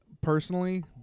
personally